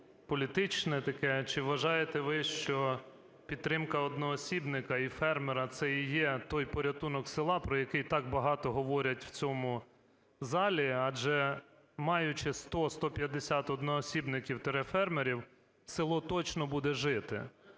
загальнополітичне таке. Чи вважаєте ви, що підтримка одноосібника і фермера – це і є той порятунок села, про який так багато говорять в цьому залі? Адже, маючи 100-150 одноосібників-фермерів, село точно буде жити.